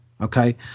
Okay